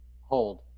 hold